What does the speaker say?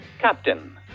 captain